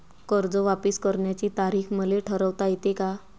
कर्ज वापिस करण्याची तारीख मले ठरवता येते का?